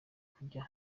kujya